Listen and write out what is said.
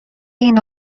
اینو